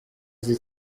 z’i